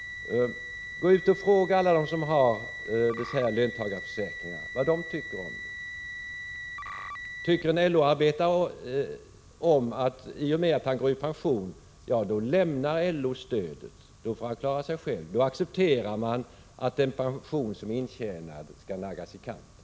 Gå ut och fråga alla dem som har löntagarförsäkringar vad de tycker om den! Tycker en LO-arbetare om att i och med att han går i pension stöder LO honom inte längre? Då får han klara sig själv. Då accepterar man att den pension han har tjänat in naggas i kanten.